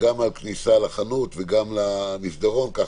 גם על כניסה לחנות וגם על כניסה למסדרון, מה